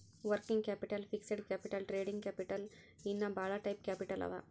working capital, fixed capital, trading capital ಇನ್ನಾ ಭಾಳ type capital ಅವಾ